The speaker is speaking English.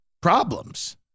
problems